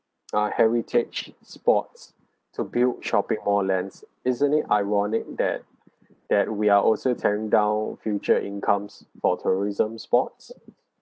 ah heritage spots to build shopping mall lands isn't it ironic that that we are also tearing down future incomes for tourism spots